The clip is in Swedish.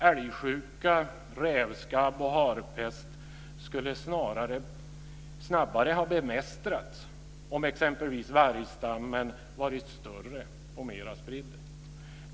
Älgsjuka, rävskabb och harpest skulle snabbare ha bemästrats om exempelvis vargstammen varit större och mer spridd.